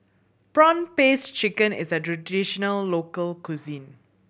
prawn paste chicken is a traditional local cuisine